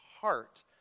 heart